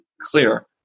clear